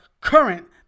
current